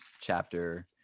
chapter